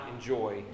enjoy